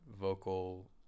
vocal